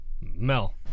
Mel